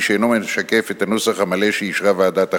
שאינו משקף את הנוסח המלא שאישרה ועדת החוקה,